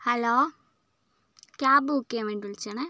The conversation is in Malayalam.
ഹലോ ക്യാബ് ബുക്ക് ചെയ്യാൻ വേണ്ടി വിളിച്ചത് ആണെ